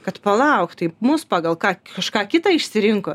kad palauk tai mus pagal ką kažką kitą išsirinko